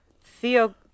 Theo